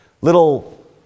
little